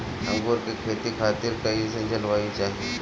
अंगूर के खेती खातिर कइसन जलवायु चाही?